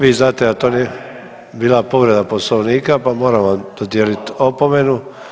Vi znate da to nije bila povreda poslovnika pa moram vam dodijelit opomenu.